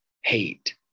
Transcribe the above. hate